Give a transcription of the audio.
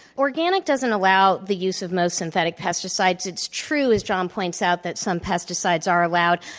organic doesn't allow the use of most synthetic pesticides. it's t rue, as john points out, that some pesticides are allowed,